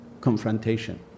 confrontation